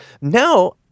Now